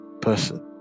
person